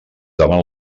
davant